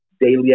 daily